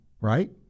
right